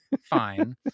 Fine